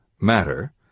matter